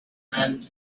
and